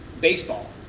Baseball